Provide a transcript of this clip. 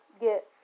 get